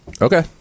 Okay